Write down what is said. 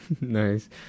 nice